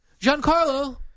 Giancarlo